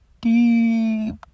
deep